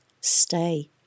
Stay